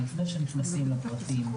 לפני שנכנסים לפרטים,